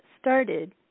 started